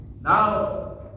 Now